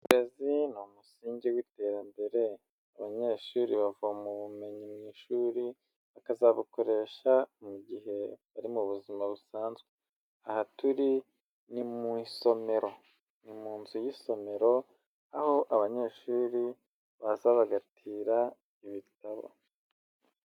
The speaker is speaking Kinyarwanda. Uburezi ni umusingi w'iterambere, abanyeshuri bavoma Ubumenyi mu ishuri bakazabukoresha mu gihe bari mu buzima busanzwe, aha turi ni mu isomero, ni mu nzu y'isomero, aho abanyeshuri baza bagatira ibitabo.